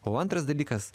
o antras dalykas